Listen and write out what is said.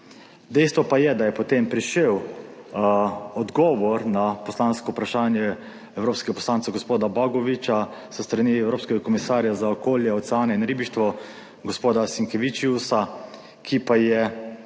Dejstvo pa je, da je potem prišel odgovor na poslansko vprašanje evropskega poslanca gospoda Bogoviča s strani evropskega komisarja za okolje, oceane in ribištvo, gospoda Sinkeviciusa, iz katerega